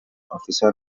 officer